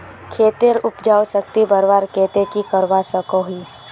खेतेर उपजाऊ शक्ति बढ़वार केते की की करवा सकोहो ही?